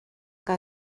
que